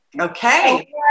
Okay